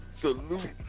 Salute